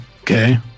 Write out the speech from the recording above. okay